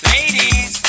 Ladies